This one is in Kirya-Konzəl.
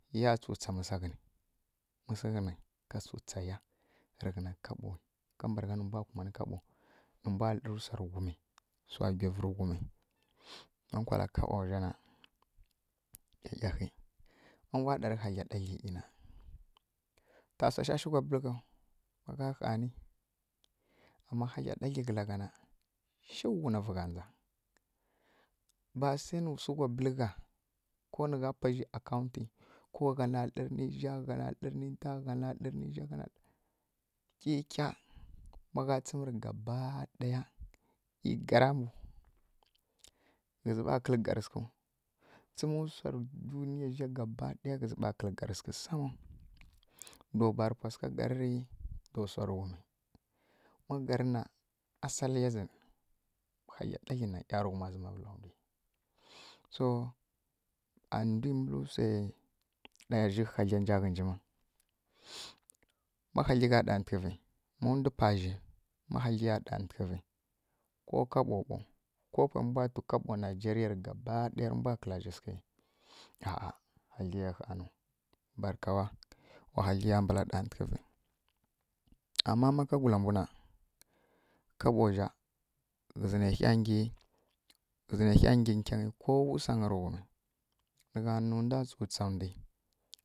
Ya tsu tsa mǝ swaghanǝ mǝswaghana tsu tsa ya rǝghana kobo kabargha nǝ mbwa kumanǝ kobo nǝ mbwa dlǝrǝ swa ri ghumǝ swa gyivǝ ri ghum ma kula kobo zana ˈyiyighǝ ma mbwa ndari hyidlyi ɗatlǝ na ta sa shǝ ku bǝl ghuw ma hyidlyi ɗatlǝ kǝla ghana du nǝ vǝgha nja ba swa nu sǝ ku bǝl gha ku swa nǝ gha paza accountǝ gha na dlǝri nǝ za ghana dlǝri nǝ ta gha na dlǝri nǝ za ghana nǝ dlǝri nǝ ta kikiya ma gha tsǝri gaba daya kǝ garinuw ghǝzǝ mba kǝl gari swaghu tsǝm swari duniya zhǝ mbǝ kǝl gari swaghu so duw bari pa swagha gari du swari ghum ma gari na asaliya zǝ ma gari na ˈyaraghuma vǝl so a ndǝ mǝl swa dǝza hyidlya nja ghǝnji ma hyidlya ma hyidlya ɗatlǝvǝ ku kobo ɓǝw ko pari mbwa ntǝ ka kobo nigeriya gaba daya tǝ kǝlari swa aa hyidlya ma hanu barka wa hyidlya mbari ɗatlǝvǝ ma ka gula mbwǝ na ka kobo za zhǝ nǝ hyi nyi kaghǝ ko wǝ swangǝ tǝ ghumǝ nǝ mbwa tsa ndǝ.